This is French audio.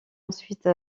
ensuite